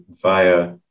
via